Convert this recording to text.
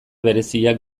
bereziak